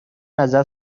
ازت